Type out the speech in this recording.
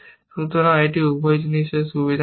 সুতরাং এটি উভয় জিনিসের সুবিধা নিচ্ছে